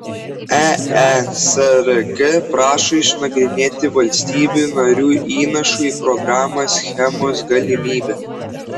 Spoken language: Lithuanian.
eesrk prašo išnagrinėti valstybių narių įnašų į programą schemos galimybę